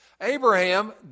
Abraham